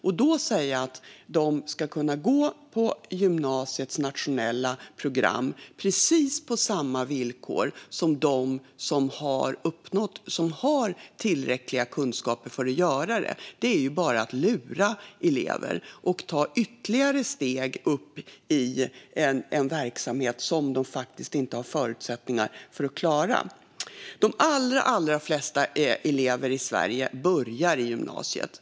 Att säga att de ska kunna gå på gymnasiets nationella program på precis samma villkor som dem som har tillräckliga kunskaper för att göra det är ju bara att lura elever att ta ytterligare steg upp i en verksamhet som de faktiskt inte har förutsättningar att klara. De allra flesta elever i Sverige börjar i gymnasiet.